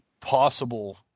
possible